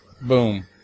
Boom